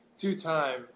two-time